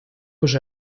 уже